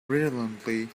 brilliantly